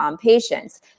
patients